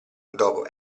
dopo